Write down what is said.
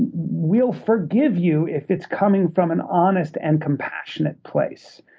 we'll forgive you if it's coming from an honest and compassionate place.